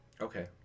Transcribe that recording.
Okay